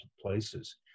places